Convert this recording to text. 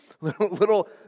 little